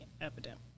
epidemic